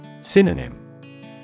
Synonym